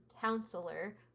counselor